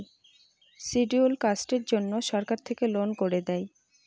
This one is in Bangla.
শিডিউল্ড কাস্টের জন্য সরকার থেকে লোন করে দেয়